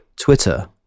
Twitter